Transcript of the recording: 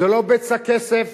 זה לא בצע כסף,